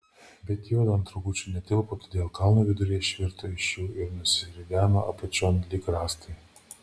bet juodu ant rogučių netilpo todėl kalno viduryje išvirto iš jų ir nusirideno apačion lyg rąstai